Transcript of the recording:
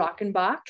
Rockenbach